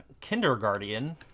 Kindergarten